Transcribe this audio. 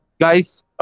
guys